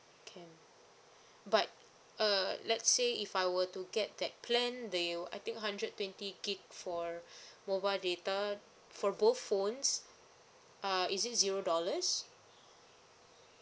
can but uh let's say if I were to get that plan do you I think hundred twenty gig for mobile data for both phones uh is it zero dollars